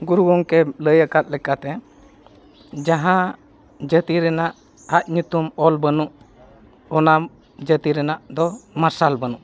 ᱜᱩᱨᱩ ᱜᱚᱢᱠᱮ ᱞᱟᱹᱭ ᱟᱠᱟᱫ ᱞᱮᱠᱟᱛᱮ ᱡᱟᱦᱟᱸ ᱡᱟᱹᱛᱤ ᱨᱮᱱᱟᱜ ᱟᱡ ᱧᱩᱛᱩᱢ ᱚᱞ ᱵᱟᱹᱱᱩᱜ ᱚᱱᱟ ᱡᱟᱹᱛᱤ ᱨᱮᱱᱟᱜ ᱫᱚ ᱢᱟᱨᱥᱟᱞ ᱵᱟᱹᱱᱩᱜ